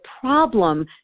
problem